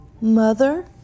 Mother